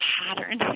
pattern